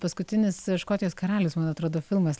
paskutinis škotijos karalius man atrodo filmas